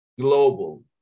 global